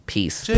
Peace